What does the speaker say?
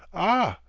ah!